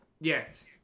Yes